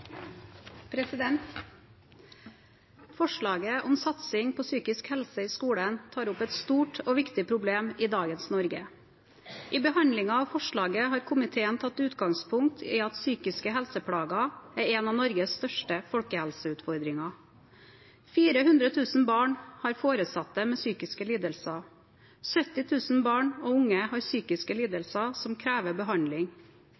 gode. Forslaget om satsing på psykisk helse i skolen tar opp et stort og viktig problem i dagens Norge. I behandlingen av forslaget har komiteen tatt utgangspunkt i at psykiske helseplager er en av Norges største folkehelseutfordringer. 400 000 barn har foresatte med psykiske lidelser. 70 000 barn og unge har psykiske